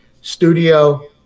Studio